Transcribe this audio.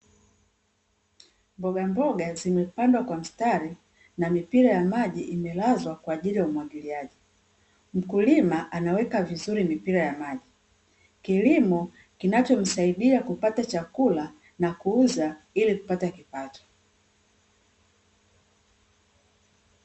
Mboga mboga zimepandwa kwa mstari na mipira ya maji imelazwa kwa ajili ya umwagiliaji, mkulima anaweka vizuri mipira ya maji, kilimo kinachomsaidia kupata chakula na kuuza ili kupata kipato.